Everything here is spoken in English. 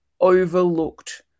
overlooked